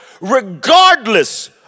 regardless